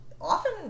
often